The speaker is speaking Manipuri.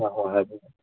ꯍꯣꯏ ꯍꯣꯏ ꯍꯥꯏꯕꯤꯌꯨ